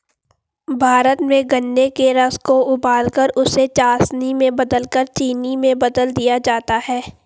भारत में गन्ने के रस को उबालकर उसे चासनी में बदलकर चीनी में बदल दिया जाता है